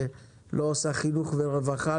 שלא עושה חינוך ורווחה,